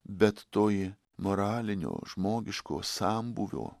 bet toji moralinio žmogiško sambūvio